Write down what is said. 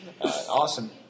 Awesome